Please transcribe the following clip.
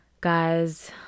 guys